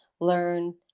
learn